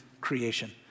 creation